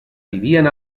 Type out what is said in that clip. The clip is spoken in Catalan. vivien